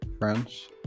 French